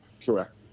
Correct